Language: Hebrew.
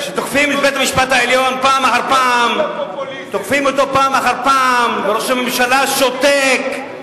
כשתוקפים את בית-המשפט פעם אחר פעם וראש הממשלה שותק,